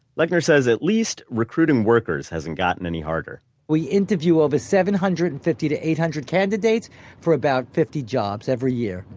lechner said at least recruiting workers hasn't gotten any harder we interview over seven hundred and fifty to eight hundred candidates for about fifty jobs every year,